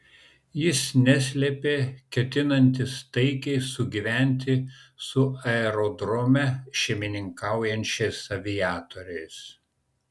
jis neslėpė ketinantis taikiai sugyventi su aerodrome šeimininkaujančiais aviatoriais